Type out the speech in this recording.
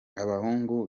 abahungu